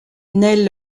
naît